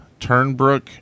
Turnbrook